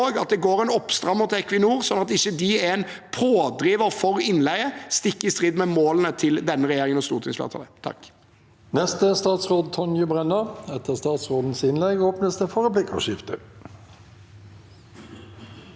at det går en oppstrammer til Equinor, sånn at de ikke er en pådriver for innleie, stikk i strid med målene til denne regjeringen og stortingsflertallet.